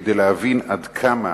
כדי להבין עד כמה